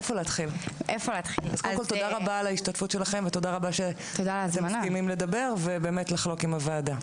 תודה רבה על ההשתתפות שלכם ותודה שאתם מסכימים לדבר ולחלוק עם הוועדה.